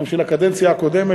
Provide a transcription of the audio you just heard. הם של הקדנציה הקודמת.